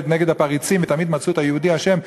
נגד הפריצים ותמיד מצאו את היהודי אשם,